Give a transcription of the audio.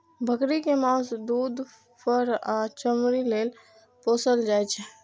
बकरी कें माउस, दूध, फर आ चमड़ी लेल पोसल जाइ छै